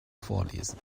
vorlesen